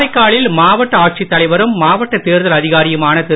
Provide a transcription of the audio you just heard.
காரைக்காலில் மாவட்ட ஆட்சித்தலைவரும் மாவட்ட தேர்தல் அதிகாரியுமாள திரு